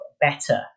better